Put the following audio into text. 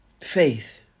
Faith